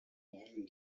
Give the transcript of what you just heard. waren